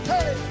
Hey